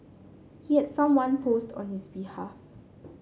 he had someone post on his behalf